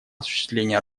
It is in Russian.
осуществления